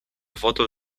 votul